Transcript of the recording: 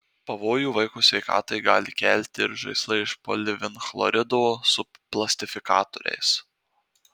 pavojų vaiko sveikatai gali kelti ir žaislai iš polivinilchlorido su plastifikatoriais